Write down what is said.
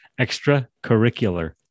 Extracurricular